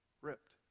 ripped